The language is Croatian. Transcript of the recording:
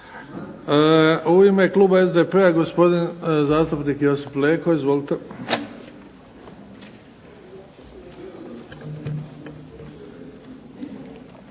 U ime kluba SDP-a gospodin zastupnik Josip Leko. Izvolite.